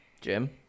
Jim